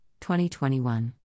2021